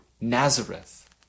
Nazareth